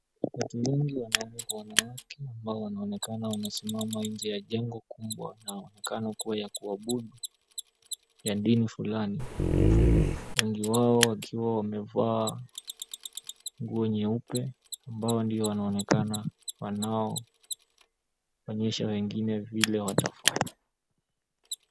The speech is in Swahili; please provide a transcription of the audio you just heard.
Watu wengi, wanaume na wanawake wanaonekana wamesimama nje ya jengo kubwa inaonekana kuwa ya kuabudu ya dini fulani, wengi wao wakiwa wamevaa nguo nyeupe ambao ndio wanaonekana wanaofanyisha wengine vile ambavyo watafanya.